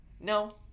No